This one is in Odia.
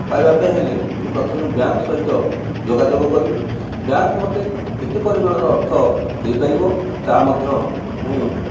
ପାଇବା ପାଇଁ ହେଲେ ମୁଁ ପ୍ରଥମେ ବ୍ୟାଙ୍କ ସହିତ ଯୋଗାଯୋଗ କରିବି ବ୍ୟାଙ୍କ ମତେ କେତେ ପରିମାଣରେ ଅର୍ଥ ଦେଇପାରିବ ତା ମଧ୍ୟ ମୁଁ